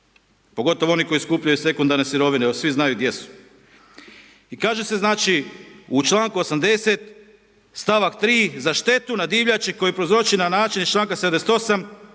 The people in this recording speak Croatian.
pogotovo oni koji skupljaju sekundarne sirovine, svi znaju gdje su. I kaže se, znači, u čl. 80. st. 3. za štetu na divljači koji prouzroči na način iz čl. 78.